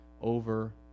over